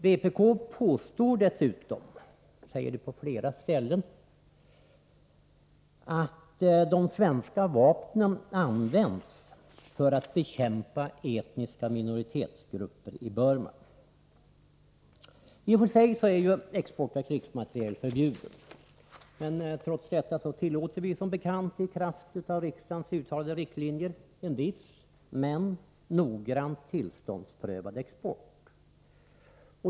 Vpk påstår dessutom — man säger det på flera ställen — att de svenska vapnen använts för att bekämpa etniska minoritetsgrupper i Burma. I och för sig är ju export av krigsmateriel förbjuden. Trots detta tillåter vi som bekant i kraft av riksdagens uttalade riktlinjer en viss, men noggrant tillståndsprövad export.